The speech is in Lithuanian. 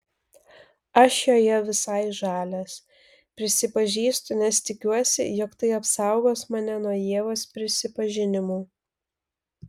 aš joje visai žalias prisipažįstu nes tikiuosi jog tai apsaugos mane nuo ievos prisipažinimų